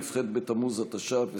כ"ח בתמוז התש"ף,